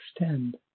extend